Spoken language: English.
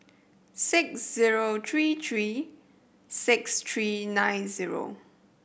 six zero three three six three nine zero